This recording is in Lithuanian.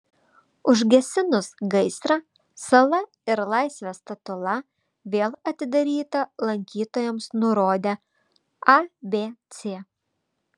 užgesinus gaisrą sala ir laisvės statula vėl atidaryta lankytojams nurodė abc